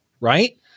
right